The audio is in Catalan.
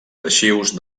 arxius